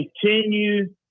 continue